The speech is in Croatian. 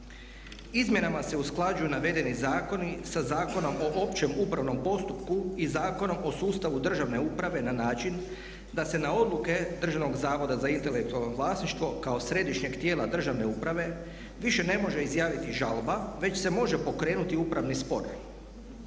Izmjenama se usklađuju navedeni zakoni sa Zakonom o općem upravnom postupku i Zakonom o sustavu državne uprave na način da se na odluke Državnog zavoda za intelektualno vlasništvo kao središnjeg tijela državne uprave više ne može izjaviti žalba već se može pokrenuti upravni spor.